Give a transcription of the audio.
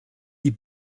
die